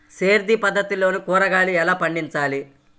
సేంద్రియ పద్ధతిలో కూరగాయలు ఎలా పండించాలి?